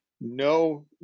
no